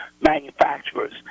manufacturers